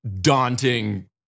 daunting